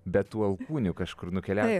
be tų alkūnių kažkur nukeliauti